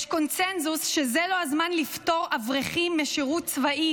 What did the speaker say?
יש קונסנזוס שזה לא הזמן לפטור אברכים משירות צבאי